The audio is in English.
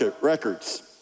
records